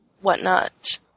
whatnot